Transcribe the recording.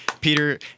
Peter